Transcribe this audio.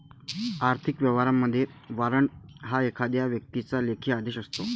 आर्थिक व्यवहारांमध्ये, वॉरंट हा एखाद्या व्यक्तीचा लेखी आदेश असतो